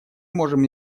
можем